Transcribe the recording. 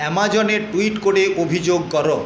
অ্যামাজনে ট্যুইট করে অভিযোগ করো